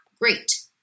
great